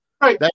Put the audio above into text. Right